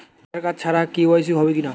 আধার card ছাড়া KYC হবে কিনা?